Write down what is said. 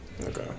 Okay